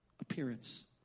appearance